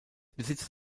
besitzt